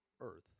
earth